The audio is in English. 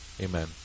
Amen